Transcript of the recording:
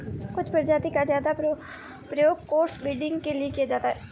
कुछ प्रजाति का ज्यादा प्रयोग क्रॉस ब्रीडिंग के लिए किया जाता है